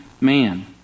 man